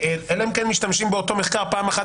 אלא אם כן משתמשים באותו מחקר פעם אחת